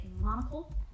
monocle